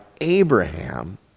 Abraham